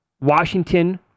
Washington